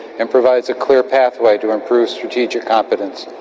and provides a clear pathway to improve strategic competence,